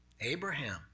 Abraham